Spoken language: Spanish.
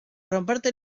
romperte